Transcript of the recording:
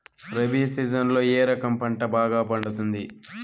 రబి సీజన్లలో ఏ రకం పంట బాగా పండుతుంది